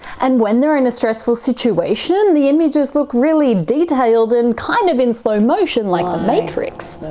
and when they're in a stressful situation, the images look really detailed and kind of in slow motion like the matrix.